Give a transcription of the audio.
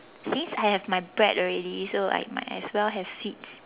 since I have my bread already so I might as well have sweets